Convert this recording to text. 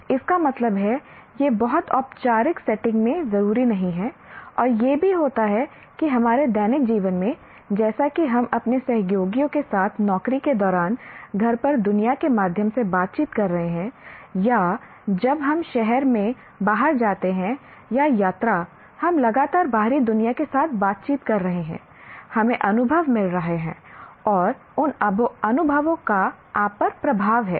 इसका मतलब है यह बहुत औपचारिक सेटिंग में जरूरी नहीं है और यह भी होता है कि हमारे दैनिक जीवन में जैसा कि हम अपने सहयोगियों के साथ नौकरी के दौरान घर पर दुनिया के माध्यम से बातचीत कर रहे हैं या जब हम शहर में बाहर जाते हैं या यात्रा हम लगातार बाहरी दुनिया के साथ बातचीत कर रहे हैं हमें अनुभव मिल रहे हैं और उन अनुभवों का आप पर प्रभाव है